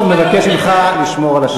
אני שוב מבקש ממך לשמור על השקט.